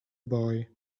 boy